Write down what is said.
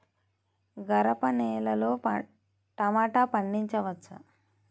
గరపనేలలో టమాటా పండించవచ్చా?